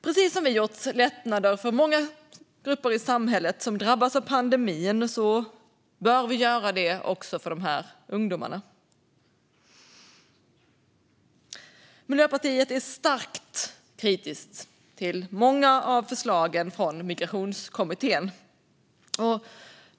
Precis som vi har gjort lättnader för många grupper i samhället som har drabbats av pandemin bör vi göra det även för dessa ungdomar. Miljöpartiet är starkt kritiskt till många av förslagen från Migrationskommittén.